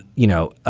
you know,